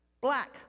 black